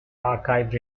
archive